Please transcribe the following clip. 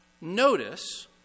notice